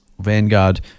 Vanguard